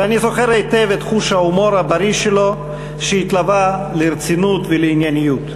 ואני זוכר היטב את חוש ההומור הבריא שלו שהתלווה לרצינות ולענייניות.